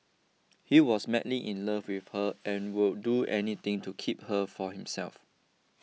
he was madly in love with her and would do anything to keep her for himself